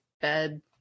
bed